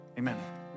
Amen